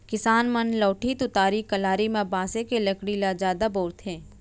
किसान मन लउठी, तुतारी, कलारी म बांसे के लकड़ी ल जादा बउरथे